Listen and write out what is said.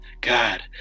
God